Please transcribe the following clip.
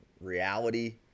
reality